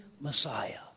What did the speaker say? Messiah